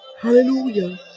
hallelujah